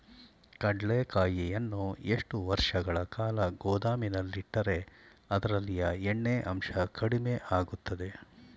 ಕಡ್ಲೆಕಾಯಿಯನ್ನು ಎಷ್ಟು ವರ್ಷಗಳ ಕಾಲ ಗೋದಾಮಿನಲ್ಲಿಟ್ಟರೆ ಅದರಲ್ಲಿಯ ಎಣ್ಣೆ ಅಂಶ ಕಡಿಮೆ ಆಗುತ್ತದೆ?